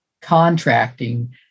contracting